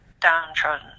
downtrodden